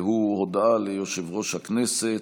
הודעה ליושב-ראש הכנסת,